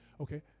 Okay